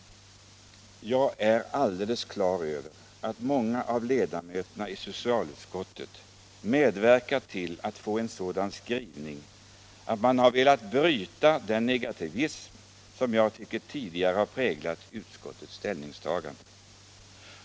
Jag är alldeles klar över att många av ledamöterna i socialutskottet medverkat till en skrivning som bryter den negativism som jag tycker tidigare har präglat utskottets ställningstagande.